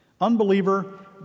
Unbeliever